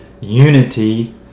unity